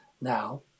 now